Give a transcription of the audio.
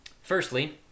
Firstly